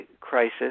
Crisis